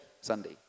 Sunday